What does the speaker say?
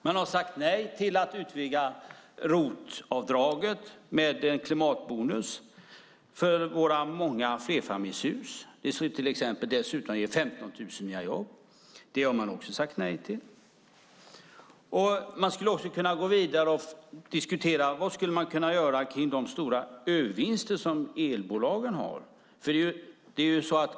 Man har sagt nej till att utvidga ROT-avdraget med en klimatbonus för våra många flerfamiljshus. Det skulle dessutom ge 15 000 nya jobb. Det har man också sagt nej till. Man skulle också kunna gå vidare och diskutera vad man skulle kunna göra åt de stora övervinster som elbolagen har.